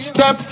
Step